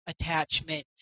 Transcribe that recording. attachment